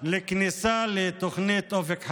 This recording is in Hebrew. לכניסה לתוכנית אופק חדש.